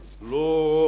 Lord